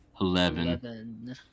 Eleven